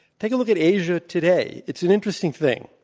take a look at asia today. it's an interesting thing.